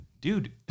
Dude